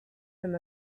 him